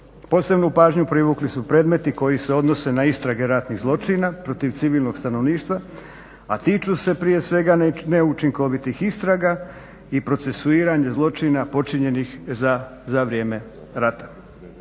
Posebnu pažnju privukli su predmeti koji se odnose na istrage ratnih zločina protiv civilnog stanovišta, a tiču se neučinkovitih istraga i procesuiranja zločina počinjenih za vrijeme rata.